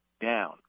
down